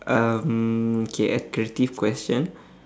um okay a creative question